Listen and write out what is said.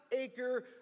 acre